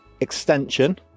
extension